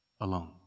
alone